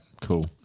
Cool